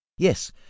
Yes